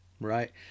Right